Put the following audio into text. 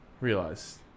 realize